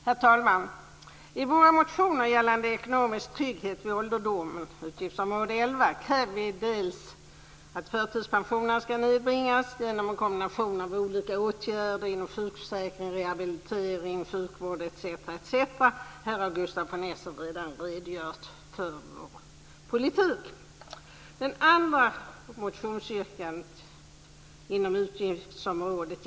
Herr talman! I våra motioner gällande ekonomisk trygghet vid ålderdomen - utgiftsområde 11 - kräver vi att förtidspensioneringarna ska nedbringas genom en kombination av olika åtgärder inom sjukförsäkringen, rehabiliteringen, sjukvården m.m. Här har Gustaf von Essen redan redogjort för vår politik.